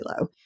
low